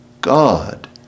God